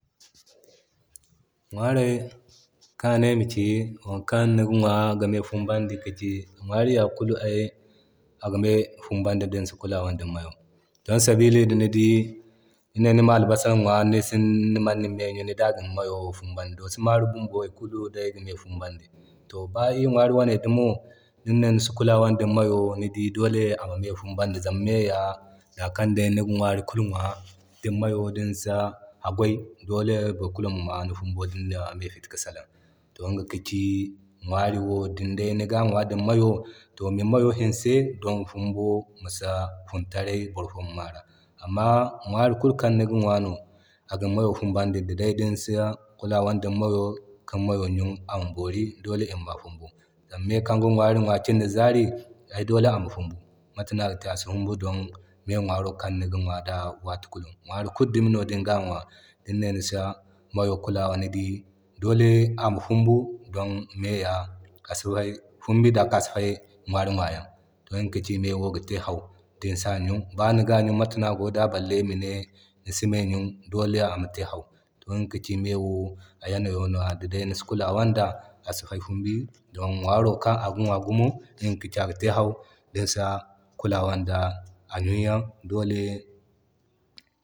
Ŋwaray kan a ne ayama ci wo kan niga ŋwa aga me fumbandi ki ci. Ŋwari ya kulu ay aga me fumbandi din si kulawa da me to, don sabili da ni dii din ne nima albasan ŋwa nisi ni me ɲun ni dii aga me fumbandi. Dosso Mari bumbo aga me fumbandi kulu day ga me fumbandi. To ba iri ŋwari wane dumo din ne nisi kulawan din mayo dole amin me fumbandi zama me ya zani kan ni bay niga ŋwari kulu ŋwa din meyo din nisa hagway dole boro kulu ma maa ni fumbo din ne niga me feri ki salan. To iga ka ci ŋwariwo din day niga ŋwa di moyo to ni moyo hinse don fumbo misi fun taray boro fo ma mara. Amma ŋwari kulu kan niga ŋwa no agin meyo fumbandi diday ni kulawan din mayo kin mayo ɲun ama boori dole ima ma fumbo. Zama nin kan ga ŋwari ŋwa cin da zari ay dole ama fumbu mate no agite asi fumbu don me ŋwaro kan niga ŋwa da watu kulu. Ŋwari kulu dumi no din ga ŋwa din ne nisi mayo kulawa ni dii dole ama fumbu don me ya asi fay fumbi zama asi fay ŋwari ŋwa yan. To iga ka ci ne wo ga te hau, te samo baniga ɲun mate no a goda balle mine nisa me ɲun dole ama te hau. To iŋga ka ci newo a yanayo no di day nisi kulawan da a si fay fumbi don ŋwaro kan aga ŋwa gumo iŋga kaci aga te hau din si kulawan da a ɲuniyan dole.